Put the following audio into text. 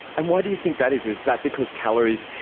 and why do you think that is? is that because calories,